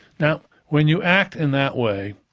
now, when you act in that way